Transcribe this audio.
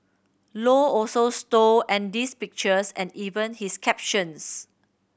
low also stole Andy's pictures and even his captions